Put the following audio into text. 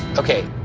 okay.